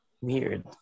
weird